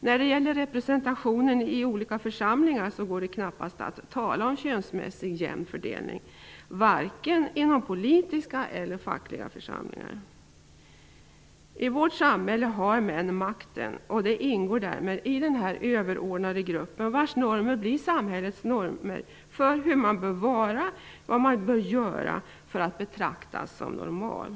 När det gäller representationen i olika församlingar går det knappast att tala om en könsmässigt jämn fördelning vare sig i politiska eller i fackliga församlingar. I vårt samhälle har män makten, och de ingår därmed i den överordnade grupp vars normer blir samhällets normer för hur man bör vara och vad man bör göra för att bli betraktad som normal.